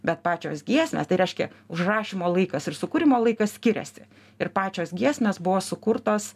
bet pačios giesmės tai reiškia užrašymo laikas ir sukūrimo laikas skiriasi ir pačios giesmės buvo sukurtos